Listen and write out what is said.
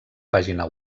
pàgina